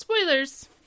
Spoilers